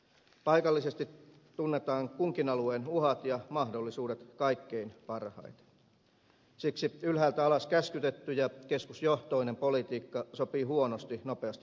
paikallisesti tunnetaan kunkin alueen uhat ja mahdollisuudet kaikkein parhaiten siksi ylhäältä alas käskytetty ja keskusjohtoinen politiikka sopii huonosti nopeasti muuttuvaan maailmaan